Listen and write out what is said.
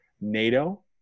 NATO